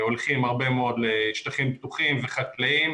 הולכים הרבה מאוד לשטחים פתוחים וחקלאיים,